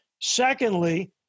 Secondly